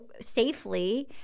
safely